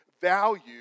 value